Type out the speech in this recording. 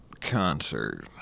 concert